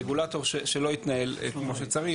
רגולטור שלא יתנהל כמו שצריך,